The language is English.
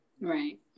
Right